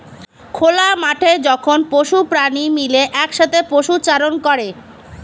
খোলা মাঠে যখন পশু প্রাণী মিলে একসাথে পশুচারণ করে